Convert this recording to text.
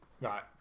Right